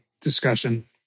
discussion